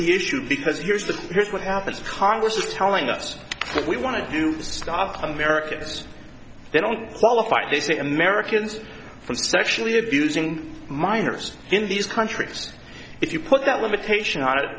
the issue because yours the here's what happens congress is telling us what we want to do to stop americans they don't qualify they say americans for sexually abusing minors in these countries if you put that limitation on